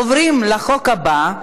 עוברים לחוק הבא,